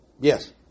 Yes